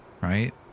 right